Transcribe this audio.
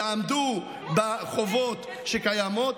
יעמדו בחובות שקיימות.